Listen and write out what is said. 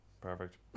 Perfect